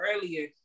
earlier